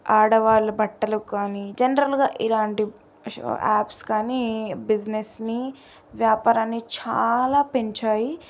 ఆడవాళ్ళ బట్టలు కానీ జనరల్గా ఇలాంటి యాప్స్ కానీ బిజినెస్స్ని వ్యాపారాన్ని చాలా పెంచాయి